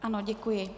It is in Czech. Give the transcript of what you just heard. Ano, děkuji.